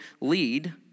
lead